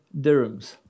dirhams